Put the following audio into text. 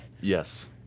Yes